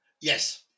Yes